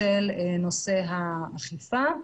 של האכיפה.